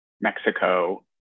Mexico